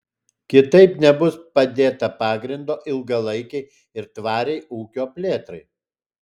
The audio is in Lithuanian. kitaip nebus padėta pagrindo ilgalaikei ir tvariai ūkio plėtrai